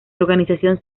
organización